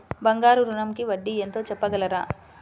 బంగారు ఋణంకి వడ్డీ ఎంతో చెప్పగలరా?